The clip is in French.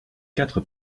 quatre